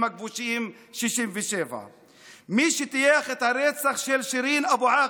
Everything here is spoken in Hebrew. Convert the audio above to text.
הכבושים של 67'. מי שטייח את הרצח של שירין אבו עאקלה,